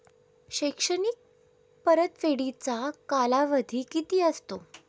शैक्षणिक परतफेडीचा कालावधी किती असतो?